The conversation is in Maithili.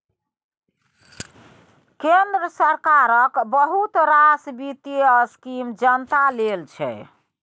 केंद्र सरकारक बहुत रास बित्तीय स्कीम जनता लेल छै